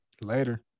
Later